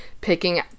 picking